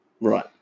Right